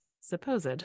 supposed